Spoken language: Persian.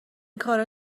کارا